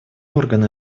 орган